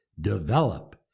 develop